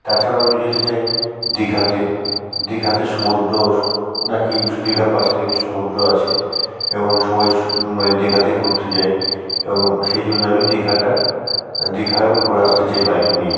তাছাড়াও আমি যেতে চাই দীঘাতে দীঘাতে সমুদ্র নাকি দীঘার পাশে নাকি সমুদ্র আছে এবং সবাই মানে দীঘাতে ঘুরতে যায় এবং সেই জন্য আমি দীঘাটা দীঘাও ঘুরে আসতে চাই বাইক নিয়ে